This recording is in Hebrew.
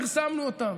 פרסמנו אותם,